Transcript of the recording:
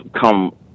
come